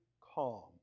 calm